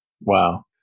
Wow